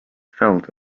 felt